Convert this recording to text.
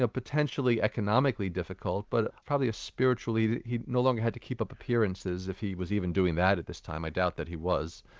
ah potentially economically difficult, but probably spiritually he no longer had to keep up appearances if he was even doing that at this time, i doubt that he was.